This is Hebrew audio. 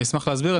אני אשמח להסביר.